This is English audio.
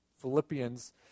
Philippians